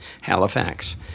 Halifax